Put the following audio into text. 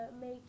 make